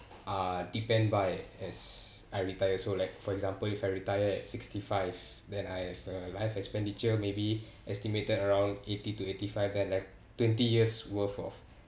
uh depend by as I retire so like for example if I retire at sixty-five then I have a life expenditure maybe estimated around eighty to eighty-five then like twenty years worth of